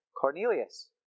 Cornelius